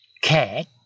cat